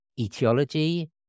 etiology